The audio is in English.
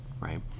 right